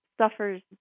suffers